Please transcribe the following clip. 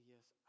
Yes